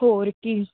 ਹੋਰ ਕੀ